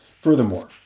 Furthermore